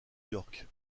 york